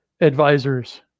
advisors